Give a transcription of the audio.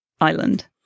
island